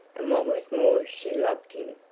and what was more she loved him.